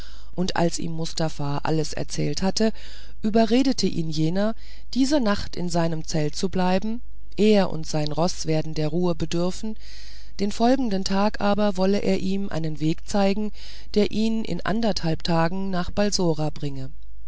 und als ihm mustafa alles erzählt hatte überredete ihn jener diese nacht in seinem zelt zu bleiben er und sein roß werden der ruhe bedürfen den folgenden tag aber wolle er ihm einen weg zeigen der ihn in anderthalb tagen nach balsora bringe